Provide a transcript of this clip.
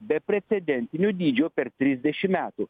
beprecedentinio dydžio per trisdešim metų